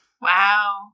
Wow